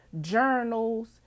journals